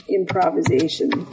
improvisation